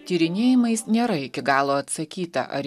tyrinėjimais nėra iki galo atsakyta ar